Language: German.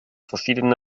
verschiedene